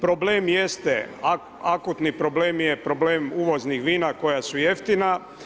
Problem jeste, akutni problem je problem uvoznih vina koja su jeftina.